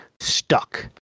stuck